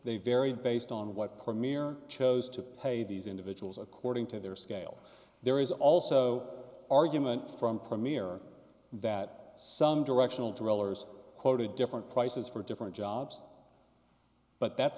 they vary based on what premier chose to pay these individuals according to their scale there is also argument from premier that some directional drillers quoted different prices for different jobs but that's